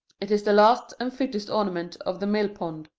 it is the last and fittest ornament of the mill-pond.